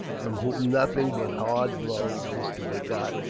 from whom nothing but hard blows is to be got,